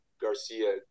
Garcia